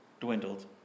dwindled